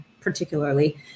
particularly